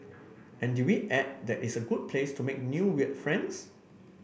and did we add that it's a good place to make new weird friends